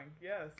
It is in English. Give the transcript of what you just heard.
yes